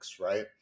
Right